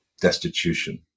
destitution